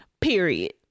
period